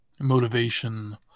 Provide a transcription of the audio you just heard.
motivation